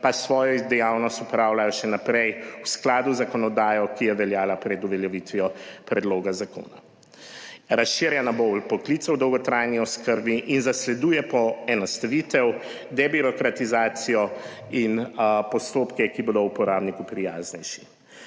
pa svojo dejavnost opravljajo še naprej v skladu z zakonodajo, ki je veljala pred uveljavitvijo predloga zakona. Razširja nabor poklicev v dolgotrajni oskrbi in zasleduje poenostavitev, debirokratizacijo in postopke, ki bodo uporabniku prijaznejši.